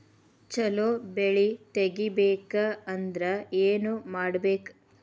ಛಲೋ ಬೆಳಿ ತೆಗೇಬೇಕ ಅಂದ್ರ ಏನು ಮಾಡ್ಬೇಕ್?